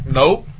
nope